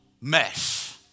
mesh